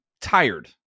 tired